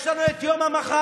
יש לנו את יום המחר,